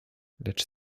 lecz